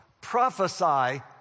prophesy